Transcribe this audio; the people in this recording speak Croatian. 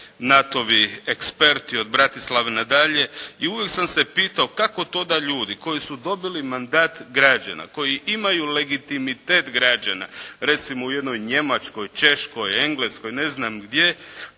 NATO-vi eksperti od Bratislave na dalje, i uvijek sam se pitao kako to da ljudi koji su dobili mandat građana, koji imaju legitimitet građana recimo u jednoj Njemačkoj, Češkoj, Engleskoj ne znam gdje,